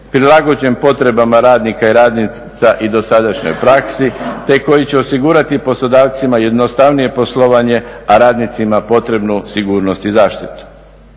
prilagođen potrebama radnika i radnica i dosadašnjoj praksi, te koji će osigurati poslodavcima jednostavnije poslovanje, a radnicima potrebnu sigurnost i zaštitu.